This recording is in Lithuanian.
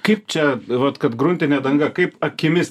kaip čia vat kad gruntinė danga kaip akimis